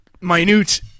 minute